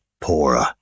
poorer